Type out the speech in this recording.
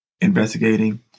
investigating